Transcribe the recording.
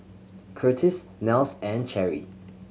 Curtis Nels and Cherry